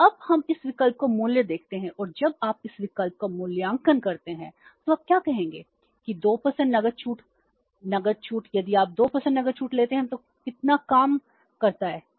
तो अब हम इस विकल्प का मूल्य देखते हैं और जब आप इस विकल्प का मूल्यांकन करते हैं तो आप क्या कहेंगे कि 2 नकद छूट नकद छूट यदि आप 2 नकद छूट लेते हैं तो कितना काम करता है